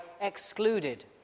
excluded